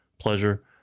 pleasure